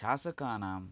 शासकानां